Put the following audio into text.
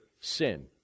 sin